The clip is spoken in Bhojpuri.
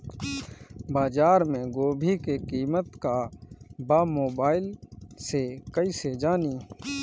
बाजार में गोभी के कीमत का बा मोबाइल से कइसे जानी?